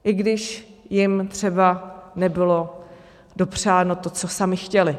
I když jim třeba nebylo dopřáno to, co sami chtěli.